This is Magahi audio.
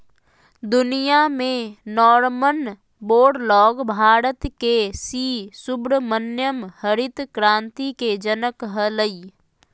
दुनिया में नॉरमन वोरलॉग भारत के सी सुब्रमण्यम हरित क्रांति के जनक हलई